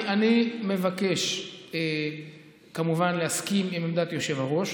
אני מבקש כמובן להסכים עם עמדת היושב-ראש,